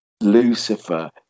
Lucifer